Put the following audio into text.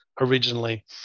originally